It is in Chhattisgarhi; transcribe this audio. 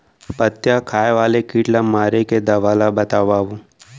पत्तियां खाए वाले किट ला मारे के दवा ला बतावव?